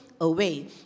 away